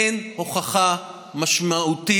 אין הוכחה משמעותית.